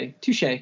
Touche